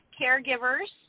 caregivers